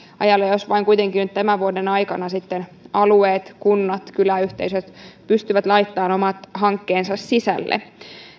ajalle jos vain kuitenkin nyt tämän vuoden aikana sitten alueet kunnat kyläyhteisöt pystyvät laittamaan omat hankkeensa sisälle